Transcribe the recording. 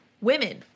Women